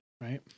Right